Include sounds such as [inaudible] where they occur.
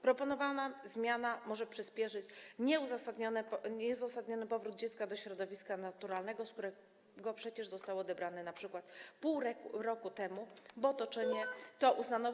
Proponowana zmiana może przyspieszyć nieuzasadniony powrót dziecka do środowiska naturalnego, z którego przecież zostało odebrane np. pół roku temu, bo otoczenie [noise] to uznano za.